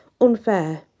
unfair